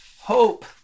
hope